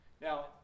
Now